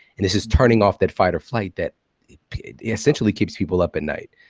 and this is turning off that fight or flight that essentially keeps people up at night,